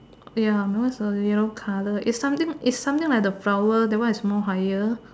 ya my one is the yellow colour is something is something like the flower that one is more higher